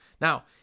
Now